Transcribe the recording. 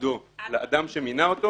ותפקידו לאדם שמינה אותו